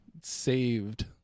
Saved